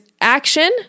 action